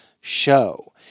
show